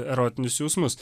erotinius jausmus